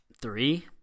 Three